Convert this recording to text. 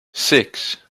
six